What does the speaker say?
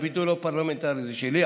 אני מוסיף ביטוי לא פרלמנטרי שלי.